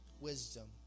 wisdom